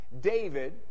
David